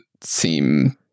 seem